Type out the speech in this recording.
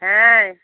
হ্যাঁ